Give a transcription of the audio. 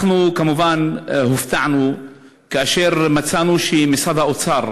אנחנו כמובן הופתענו כאשר מצאנו שמשרד האוצר